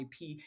IP